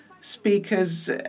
speakers